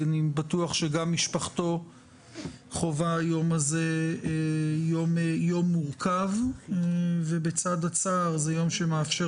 אני בטוח שגם משפחתו חווה היום הזה יום מורכב ובצד הצער זה יום שמאפשר